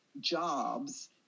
jobs